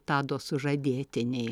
tado sužadėtinei